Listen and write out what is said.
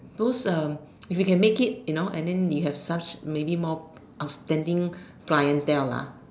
those um if you can make it you know and then you have such maybe more of pending clientele lah